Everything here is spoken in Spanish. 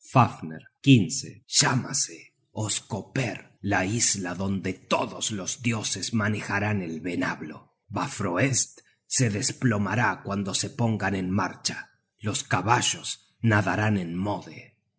fafner llámase oskopper la isla donde todos los dioses manejarán el venablo baefroest se desplomará cuando se pongan en marcha los caballos nadarán en mode